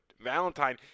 Valentine